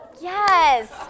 yes